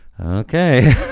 okay